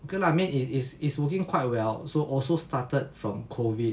okay lah it's it's it's working quite well so also started from COVID